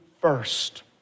first